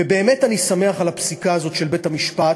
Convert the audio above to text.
ובאמת אני שמח על הפסיקה הזאת של בית-המשפט,